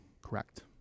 Correct